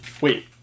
Wait